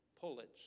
pullets